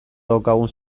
daukagun